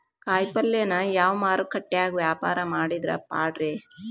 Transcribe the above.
ಕಾಯಿಪಲ್ಯನ ಯಾವ ಮಾರುಕಟ್ಯಾಗ ವ್ಯಾಪಾರ ಮಾಡಿದ್ರ ಪಾಡ್ರೇ?